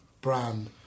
brand